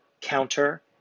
Counter